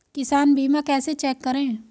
किसान बीमा कैसे चेक करें?